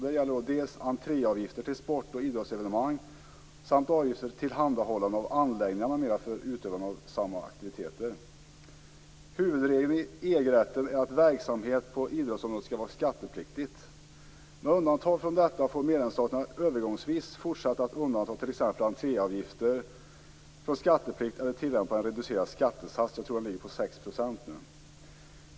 Det gäller dels entréavgifter till sport och idrottsevenemang, dels avgifter för tillhandahållande av anläggningar m.m. för utövande av samma aktiviteter. Huvudregeln i EG-rätten är att verksamhet på idrottsområdet skall vara skattepliktig. Med undantag från detta får medlemsstaterna övergångsvis fortsätta att undanta t.ex. entréavgifter från skatteplikt eller tillämpa en reducerad skattesats. Jag tror att den nu ligger på 6 %.